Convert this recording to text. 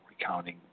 recounting